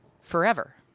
forever